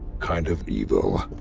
kind of evil.